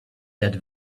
that